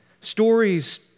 Stories